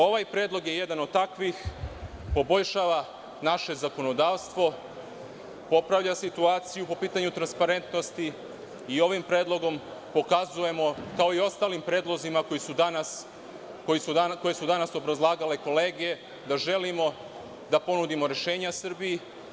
Ovaj predlog je jedan od takvih, poboljšava naše zakonodavstvo, popravlja situaciju po pitanju transparentnosti i ovim predlogom pokazujemo kao i ostalim predlozima koje su danas obrazlagale kolege da želimo da ponudimo rešenja Srbiji.